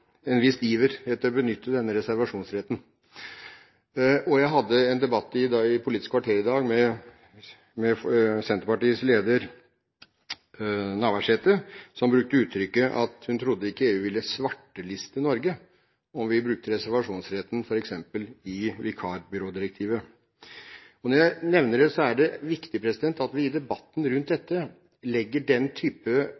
en viss iver etter å benytte denne reservasjonsretten. I Politisk kvarter i dag hadde jeg en debatt med Senterpartiets leder, Navarsete, som brukte uttrykket at hun ikke trodde EU ville svarteliste Norge om vi brukte reservasjonsretten i f.eks. vikarbyrådirektivet. Når jeg nevner det, er det fordi det er viktig at vi i debatten rundt